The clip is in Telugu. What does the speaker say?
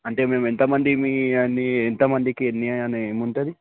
అంటే మేము ఎంత మందిమీ అని ఎంతమందికి ఎన్ని అని ఉంటుంది